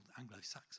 anglo-saxon